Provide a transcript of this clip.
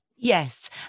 Yes